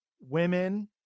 women